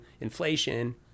inflation